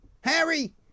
Harry